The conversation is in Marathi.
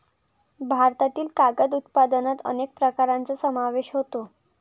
भारतातील कागद उत्पादनात अनेक प्रकारांचा समावेश होतो